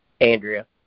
Andrea